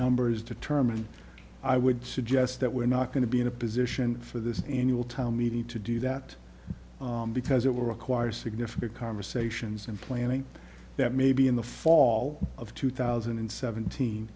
numbers determine i would suggest that we're not going to be in a position for this annual town meeting to do that because it will require significant conversations and planning that maybe in the fall of two thousand and seventeen